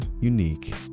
unique